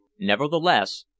nevertheless